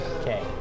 Okay